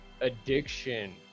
addiction